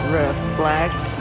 reflect